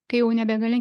kai jau nebegali